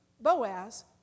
Boaz